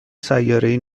سیارهای